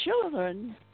children